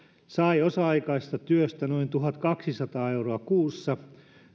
sai osa aikaisesta työstä noin tuhatkaksisataa euroa kuussa